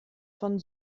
von